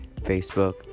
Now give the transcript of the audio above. Facebook